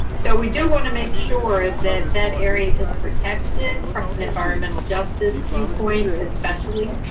so we do wanna make sure that that area is protected for and environmental justice viewpoint, especially.